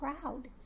proud